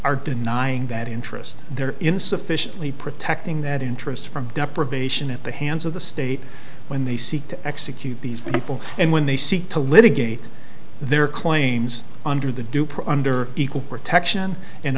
are denying that interest there in sufficiently protecting that interest from deprivation at the hands of the state when they seek to execute these people and when they seek to litigate their claims under the dooper under equal protection and